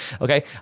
okay